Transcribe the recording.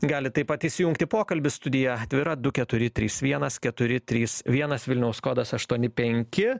galit taip pat įsijungt į pokalbį studija atvira du keturi trys vienas keturi trys vienas vilniaus kodas aštuoni penki